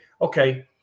okay